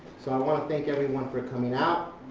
so i want to thank everyone for coming out.